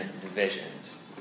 divisions